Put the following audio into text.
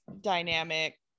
dynamic